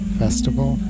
festival